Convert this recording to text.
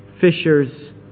fishers